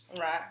Right